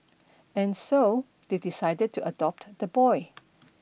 and so they decided to adopt the boy